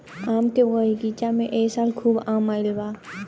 आम के बगीचा में ए साल खूब आम आईल बा